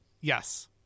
Yes